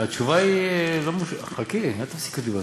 התשובה היא, חכי, אל תפסיקי אותי באמצע.